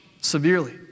severely